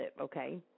okay